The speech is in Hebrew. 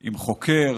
עם חוקר,